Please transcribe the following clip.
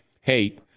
hey